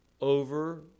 over